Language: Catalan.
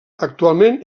actualment